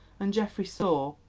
and geoffrey saw,